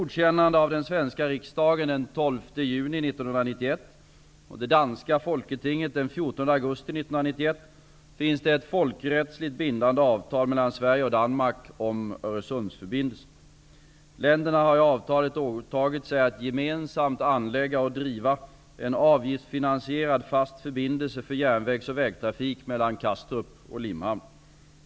augusti 1991 finns det ett folkrättsligt bindande avtal mellan Sverige och Danmark om Öresundsförbindelsen. Länderna har i avtalet åtagit sig att gemensamt anlägga och driva en avgiftsfinansierad fast förbindelse för järnvägs och vägtrafik mellan Kastrup och Limhamn.